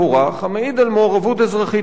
המעיד על מעורבות אזרחית ראויה.